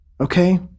okay